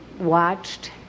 watched